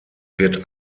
wird